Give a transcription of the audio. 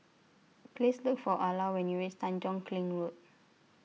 Please Look For Ala when YOU REACH Tanjong Kling Road